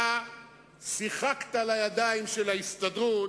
אתה שיחקת לידיים של ההסתדרות,